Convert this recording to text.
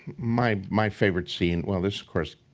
my my favorite scene. well, this of course,